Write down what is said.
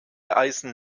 eisen